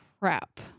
Crap